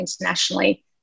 internationally